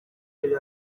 yari